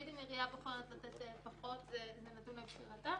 אם עירייה בוחרת לתת פחות, זה נתון לבחירתה.